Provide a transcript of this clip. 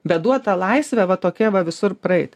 bet duota laisvė va tokia va visur praeit